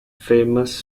famous